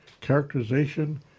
characterization